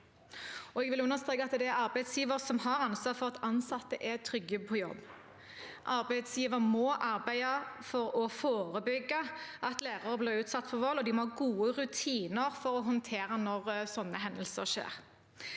Jeg vil understreke at det er arbeidsgiver som har ansvar for at ansatte er trygge på jobb. Arbeidsgiver må arbeide for å forebygge at lærere blir utsatt for vold, og de må ha gode rutiner for å håndtere det når slike hendelser skjer.